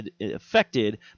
affected